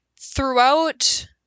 Throughout